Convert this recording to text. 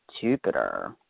Jupiter